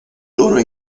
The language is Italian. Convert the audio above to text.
loro